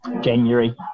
January